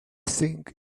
thing